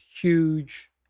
huge